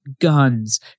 guns